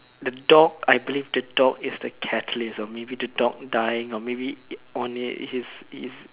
the dog I believe the dog is the catalyst or maybe the dog dying or maybe it on it he's he's